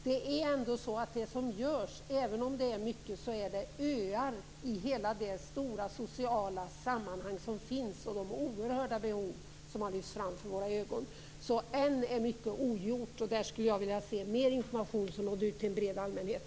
Även om det görs mycket, är det fråga om öar i hela det stora sociala sammanhang som finns och med tanke på de oerhörda behov som har lyfts fram för våra ögon. Än är alltså mycket ogjort, och jag skulle vilja se att mer av information nådde ut till en bred allmänhet.